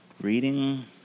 Reading